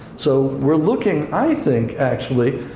so, we're looking, i think, actually,